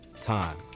time